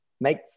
make